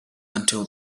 until